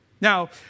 Now